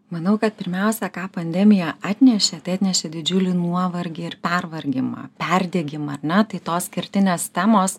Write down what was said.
manau kad pirmiausia ką pandemija atnešė tai atnešė didžiulį nuovargį ir pervargimą perdegimą ar ne tai tos kertinės temos